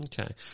Okay